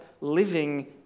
living